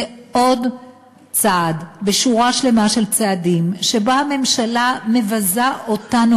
זה עוד צעד בשורה שלמה של צעדים שבה הממשלה מבזה אותנו,